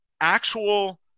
actual